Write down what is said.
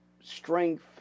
strength